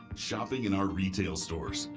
shopping in our retail stores,